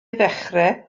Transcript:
ddechrau